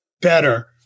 better